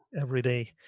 everyday